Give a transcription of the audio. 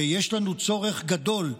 ויש לנו צורך גדול,